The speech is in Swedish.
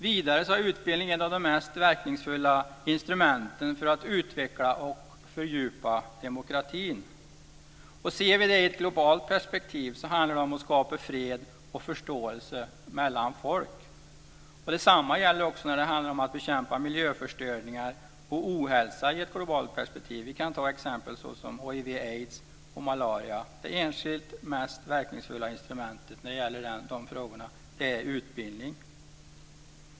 Vidare är utbildning en av de mest verkningsfulla instrumenten för att utveckla och fördjupa demokratin. Ser vi det i ett globalt perspektiv handlar det om att skapa fred och förståelse mellan folk. Detsamma gäller också när det handlar om att bekämpa miljöförstöring och ohälsa i ett globalt perspektiv. Vi kan ta exempel som hiv/aids och malaria. Det enskilt mest verkningsfulla instrumentet när det gäller de frågorna är utbildning.